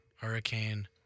Hurricane